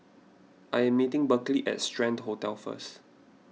I am meeting Berkley at Strand Hotel first